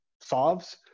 solves